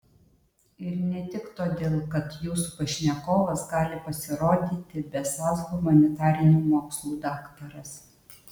ir ne tik todėl kad jūsų pašnekovas gali pasirodyti besąs humanitarinių mokslų daktaras